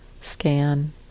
scan